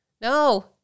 no